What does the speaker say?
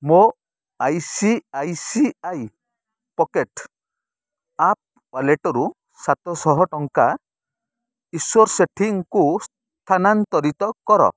ମୋ I C I C I pocket app ୱାଲେଟ୍ରୁ ସାତଶହ ଟଙ୍କା ଈଶ୍ୱର୍ ସେଠୀଙ୍କୁ ସ୍ଥାନାନ୍ତରିତ କର